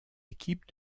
équipe